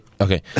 okay